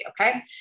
okay